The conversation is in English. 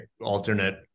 alternate